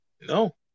No